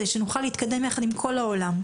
כדי שנוכל להתקדם ביחד עם כל העולם.